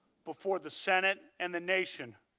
before the senate, and the nation,